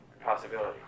possibility